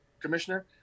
commissioner